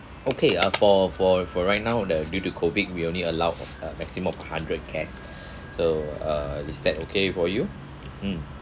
okay uh for for for right now the due to COVID we only allow a maximum of hundred guests so uh is that okay for you mm